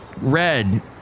red